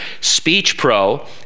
SpeechPro